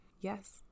Yes